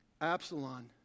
Absalom